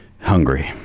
hungry